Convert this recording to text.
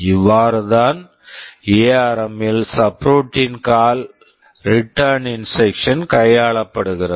இவ்வாறு தான் A R M ARM இல் subroutine call subroutine call return return கையாளப்படுகிறது